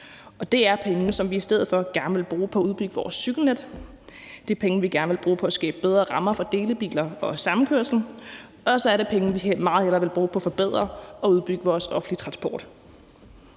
og det er penge, som vi i stedet for gerne vil bruge på at udbygge vores cykelnet. Det er penge, vi gerne vil bruge på at skabe bedre rammer for delebiler og samkørsel, og så er det penge, vi meget hellere ville bruge på at forbedre og udbygge vores offentlige transport.